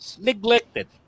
neglected